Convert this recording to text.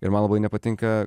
ir man labai nepatinka